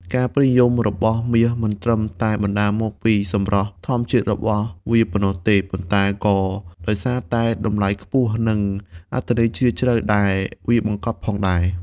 ការពេញនិយមរបស់មាសមិនត្រឹមតែបណ្ដាលមកពីសម្រស់ធម្មជាតិរបស់វាប៉ុណ្ណោះទេ ប៉ុន្តែក៏ដោយសារតែតម្លៃខ្ពស់ និងអត្ថន័យជ្រាលជ្រៅដែលវាបង្កប់ផងដែរ។